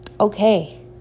Okay